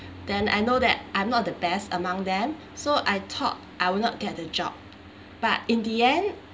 then I know that I'm not the best among them so I thought I will not get the job but in the end